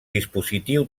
dispositiu